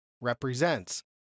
represents